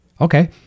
Okay